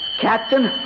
Captain